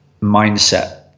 mindset